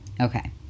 Okay